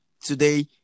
Today